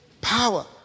power